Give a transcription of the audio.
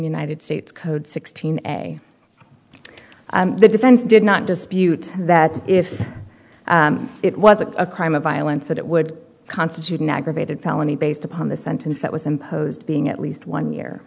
united states code sixteen a the defense did not dispute that if it was a crime of violence that it would constitute an aggravated felony based upon the sentence that was imposed being at least one year